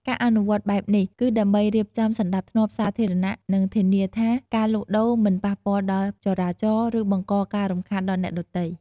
ការអនុវត្តបែបនេះ គឺដើម្បីរៀបចំសណ្ដាប់ធ្នាប់សាធារណៈ និងធានាថាការលក់ដូរមិនប៉ះពាល់ដល់ចរាចរណ៍ ឬបង្កការរំខានដល់អ្នកដទៃ។